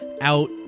out